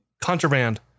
contraband